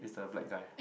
is the black guy